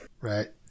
right